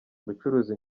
gucuruza